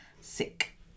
sick